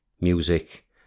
music